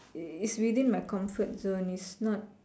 it's within my comfort zone it's not